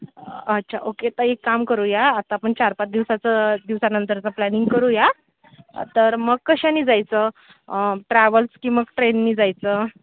अच्छा ओक्के तर एक काम करूया आता आपण चार पाच दिवसाचं दिवसानंतरचं प्लॅनिंग करूया तर मग कशाने जायचं ट्रॅव्हल्स की मग ट्रेनने जायचं